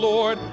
Lord